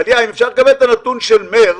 טליה, אפשר לקבל את הנתון של מרס,